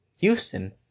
Houston